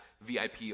VIP